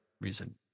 reason